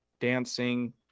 Dancing